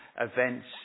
events